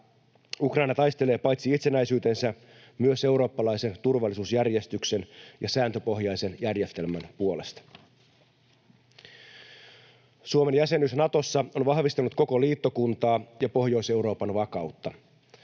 Ukraina taistelee paitsi itsenäisyytensä myös eurooppalaisen turvallisuusjärjestyksen ja sääntöpohjaisen järjestelmän puolesta. Suomen jäsenyys Natossa on vahvistanut koko liittokuntaa ja Pohjois-Euroopan vakautta.